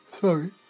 Sorry